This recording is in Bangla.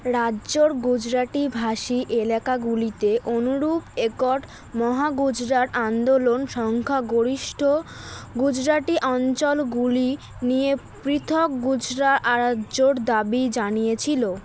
রাজ্যর গুজরাটিভাষী এলাকাগুলিতে অনুরূপ একট মহাগুজরাট আন্দোলন সংখ্যাগরিষ্ঠ গুজরাটি আঞ্চলগুলি নিয়ে পৃথক গুজরাট রাজ্যর দাবি জানিয়েছিল